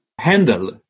handle